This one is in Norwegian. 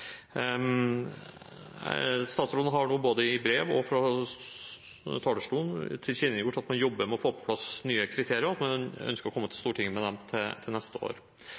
Statsråden har nå både i brev og fra talerstolen tilkjennegitt at man jobber med å få på plass nye kriterier, og at man ønsker å komme til Stortinget med dem til neste år.